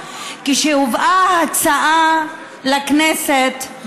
כשהובאה ההצעה לכנסת,